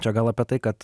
čia gal apie tai kad